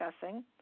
discussing